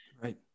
right